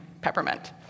peppermint